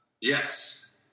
Yes